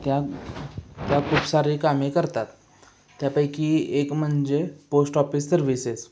त्या त्या खूप सारे कामे करतात त्यापैकी एक म्हणजे पोस्ट ऑफिस सर्विसेस